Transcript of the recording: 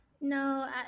No